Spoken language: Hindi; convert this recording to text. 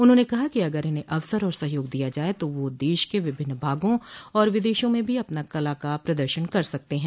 उन्होंने कहा कि अगर इन्हें अवसर और सहयोग दिया जाए तो वह देश के विभिन्न भागों और विदेशों में भी अपनी कला का प्रदर्शन कर सकते हैं